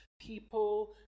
people